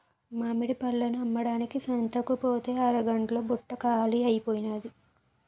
మామిడి పళ్ళను అమ్మడానికి సంతకుపోతే అరగంట్లో బుట్ట కాలీ అయిపోనాది